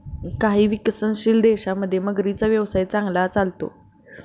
काही विकसनशील देशांमध्ये मगरींचा व्यवसाय चांगला चालतो